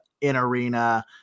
in-arena